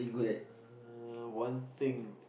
uh one thing